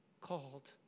called